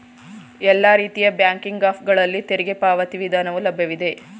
ಎಲ್ಲಾ ರೀತಿಯ banking app ಗಳಲ್ಲಿ ತೆರಿಗೆ ಪಾವತಿ ವಿಧಾನವು ಲಭ್ಯವಿದೆ